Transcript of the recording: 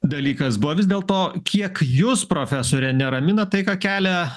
dalykas buvo vis dėl to kiek jus profesore neramina tai ką kelia